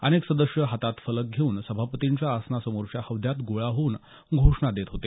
अनेक सदस्य हातात फलक घेऊन सभापतींच्या आसनासमोरच्या हौद्यात गोळा होऊन घोषणा देत होते